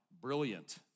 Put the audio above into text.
brilliant